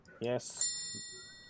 Yes